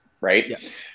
Right